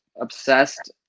obsessed